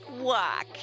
walk